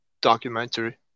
documentary